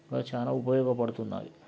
ఇంకా చాలా ఉపయోగపడుతున్నాయి